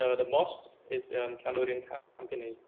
ah the most is and cambodian company,